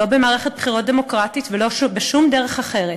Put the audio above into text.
לא במערכת בחירות דמוקרטית ולא בשום דרך אחרת.